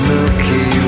Milky